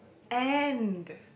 and